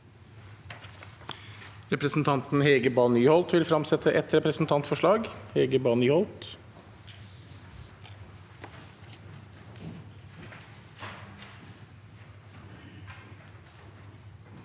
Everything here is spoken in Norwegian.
Representanten Anna Mol- berg vil fremsette et representantforslag.